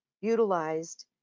utilized